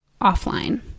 offline